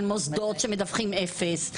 על מוסדות שמדווחים אפס,